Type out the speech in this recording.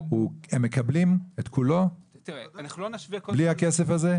הם מקבלים את כולו בלי הכסף הזה?